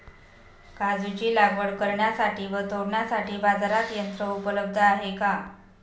काजूची लागवड करण्यासाठी व तोडण्यासाठी बाजारात यंत्र उपलब्ध आहे का?